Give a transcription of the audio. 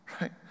right